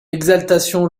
exaltation